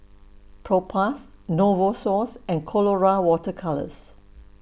Propass Novosource and Colora Water Colours